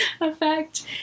effect